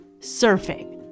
surfing